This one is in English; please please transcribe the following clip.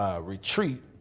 retreat